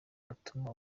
batuma